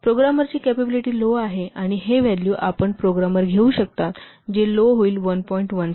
प्रोग्रामरची capability low आहे आणि हे व्हॅल्यू आपण प्रोग्रामर घेऊ शकता जे लो होईल 1